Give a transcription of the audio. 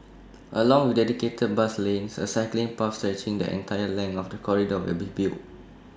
along with dedicated bus lanes A cycling path stretching the entire length of the corridor will be built